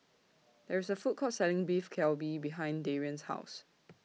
There IS A Food Court Selling Beef Galbi behind Darian's House